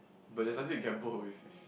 but there's nothing to get bored with